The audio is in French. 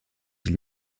îles